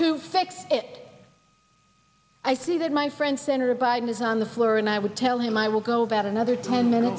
to fix it i see that my friend senator biden is on the floor and i would tell him i will go about another ten minutes